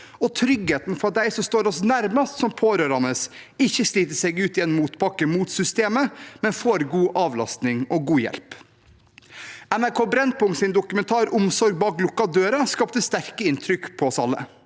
og tryggheten for at de som står oss nærmest som pårørende, ikke sliter seg ut i en motbakke mot systemet, men får god avlastning og god hjelp. NRK Brennpunkts dokumentar, Omsorg bak lukkede dører, skapte sterke inntrykk hos oss alle.